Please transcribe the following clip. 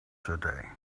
today